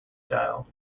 style